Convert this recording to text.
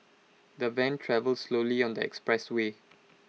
the van travelled slowly on the expressway